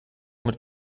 mit